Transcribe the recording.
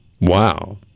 Wow